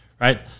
right